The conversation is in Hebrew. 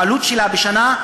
העלות שלה בשנה: